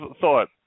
thought